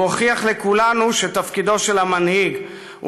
הוא הוכיח לכולנו שתפקידו של המנהיג הוא